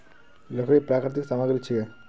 लकड़ी प्राकृतिक सामग्री छिके